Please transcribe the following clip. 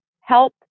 help